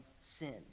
sin